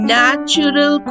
natural